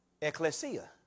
ecclesia